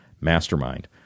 mastermind